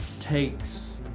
takes